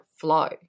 flow